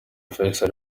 faisal